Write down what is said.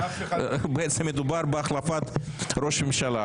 בעצם מדובר בהחלפת ראש ממשלה,